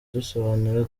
dusobanura